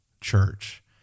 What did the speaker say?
church